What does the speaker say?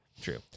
True